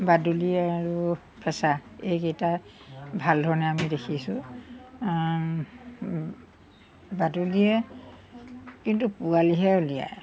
বাদুলিয়ে আৰু ফেঁচা এইকেইটা ভাল ধৰণে আমি দেখিছোঁ বাদুলিয়ে কিন্তু পোৱালিহে উলিয়াই